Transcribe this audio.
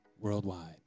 worldwide